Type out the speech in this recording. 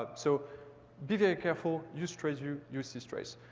ah so be very careful. use traceview, use systrace.